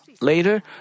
later